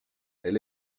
elle